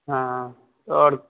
हँ आओर